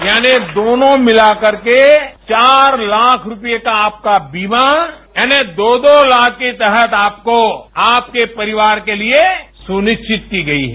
यानि दोनों मिलाकर के चार लाख रूपए का आपका बीमा यानि दो दो लाख के तहत आपको आपके परिवार के लिए सुनिश्चित की गई है